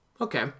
Okay